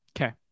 Okay